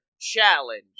challenge